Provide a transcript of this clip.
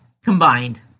combined